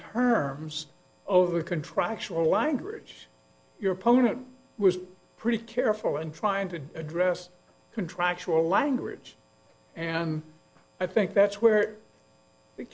terms of the contractual language your opponent was pretty careful in trying to address contractual language and i think that's where the